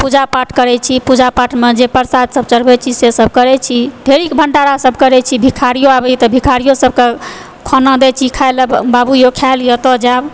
पूजा पाठ करै छी पूजा पाठमे जे प्रसाद सब चढ़बै छी से सब करबै छी ढ़ेरिक भण्डारा सब करै छी भिखारियो आबैया तऽ भिखारियो सबके खाना दै छी खाए लए बाबू यौ खाए लियऽ तब जायब